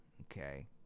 okay